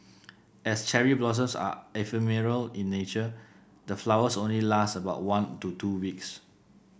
as cherry blossoms are ephemeral in nature the flowers only last about one to two weeks